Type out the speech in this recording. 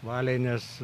valiai nes